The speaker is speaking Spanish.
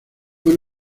fue